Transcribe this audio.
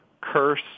curse